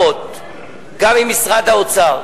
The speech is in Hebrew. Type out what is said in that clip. רבותי